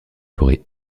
forêts